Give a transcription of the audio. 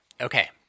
Okay